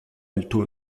alto